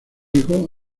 hijo